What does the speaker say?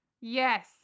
Yes